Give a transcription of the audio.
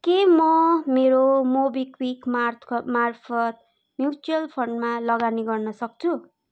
के म मेरो मोबिक्विक मार्फत मार्फत म्युचुअल फन्डमा लगानी गर्न सक्छु